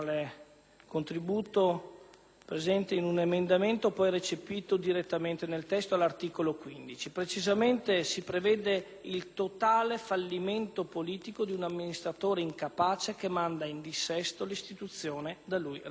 attraverso un emendamento, poi recepito direttamente nel testo, all'articolo 15: più precisamente si prevede il totale fallimento politico di un amministratore incapace che manda in dissesto l'istituzione da lui rappresentata. In altre parole,